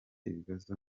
ibibazo